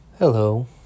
hello